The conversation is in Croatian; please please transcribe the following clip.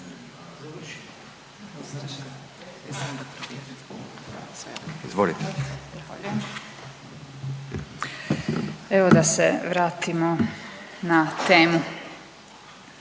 Zahvaljujem. Evo da se vratimo na temu.